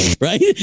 right